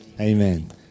Amen